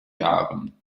jahren